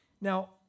Now